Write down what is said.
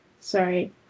Sorry